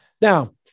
Now